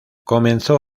comenzó